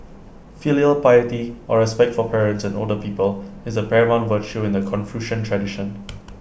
filial piety or respect for parents and older people is A paramount virtue in the Confucian tradition